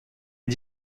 est